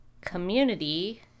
community